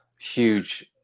huge